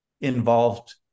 involved